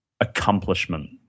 accomplishment